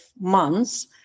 months